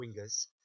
wingers